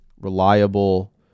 reliable